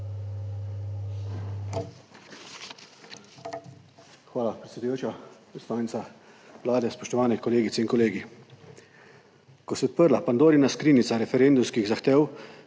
Hvala predsedujoča, predstavnica Vlade, spoštovane kolegice in kolegi! Ko se je odprla Pandorina skrinjica referendumskih zahtev,